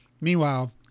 Meanwhile